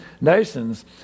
nations